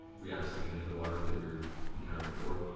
reacts like any other water that you've encountered before.